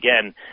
again